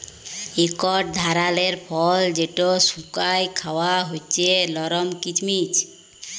ইকট ধারালের ফল যেট শুকাঁয় খাউয়া হছে লরম কিচমিচ